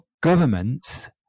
governments